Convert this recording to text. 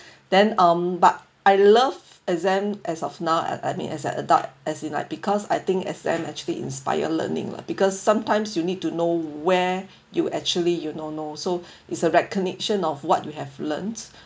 then um but I love exam as of now I I mean as an adult as in like because I think exam actually inspire learning lah because sometimes you need to know where you actually you don't know so it's a recognition of what you have learnt